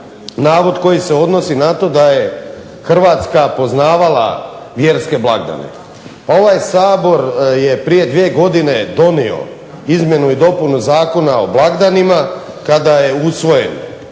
navod koji se odnosi na to da je Hrvatska poznavala vjerske blagdane. Pa ovaj Sabor je prije 2 godine donio izmjenu i dopunu Zakona o blagdanima kada je usvojen,